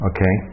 Okay